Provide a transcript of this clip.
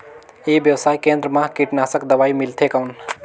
ई व्यवसाय केंद्र मा कीटनाशक दवाई मिलथे कौन?